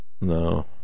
No